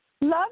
Love